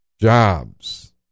jobs